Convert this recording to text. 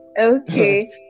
Okay